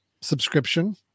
subscription